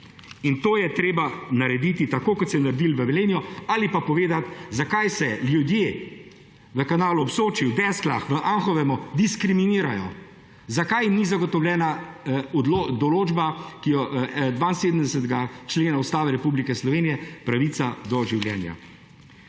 In to je treba narediti tako, kot se je naredilo v Velenju, ali pa povedati, zakaj se ljudje v Kanalu ob Soči, Teslah, Anhovemu diskriminirajo. Zakaj jim ni zagotovljena določba 72. člena Ustave Republike Slovenije, pravica do življenja?